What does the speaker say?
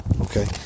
okay